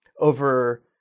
Over